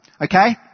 Okay